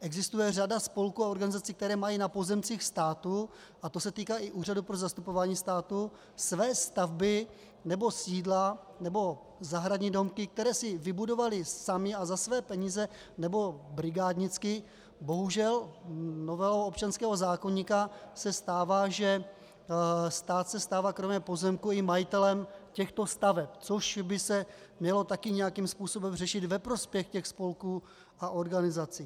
Existuje řada spolků a organizací, které mají na pozemcích státu, a to se týká i Úřadu pro zastupování státu, své stavby nebo sídla nebo zahradní domky, které si vybudovaly samy a za své peníze nebo brigádnicky, bohužel novelou občanského zákoníku se stává, že stát se stává kromě pozemků i majitelem těchto staveb, což by se mělo také nějakým způsobem řešit ve prospěch těch spolků a organizací.